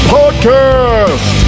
Podcast